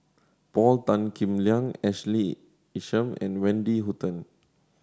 Paul Tan Kim Liang Ashley Isham and Wendy Hutton